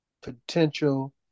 potential